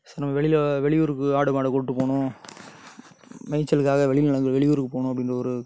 சரி நம்ம வெளியில வெளியூருக்கு ஆடு மாடை கூப்பிட்டு போகணும் மேய்ச்சலுக்காக வெளிநிலங்க வெளியூருக்கு போகணும் அப்படின்ற ஒரு